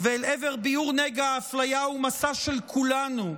ואל עבר ביעור נגע האפליה הוא מסע של כולנו,